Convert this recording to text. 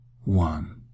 One